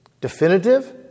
Definitive